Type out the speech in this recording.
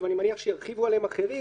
אני מניח שירחיבו עליהם אחרים,